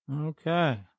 Okay